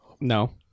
No